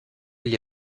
gli